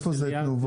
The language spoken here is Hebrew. איפה זה תנובות?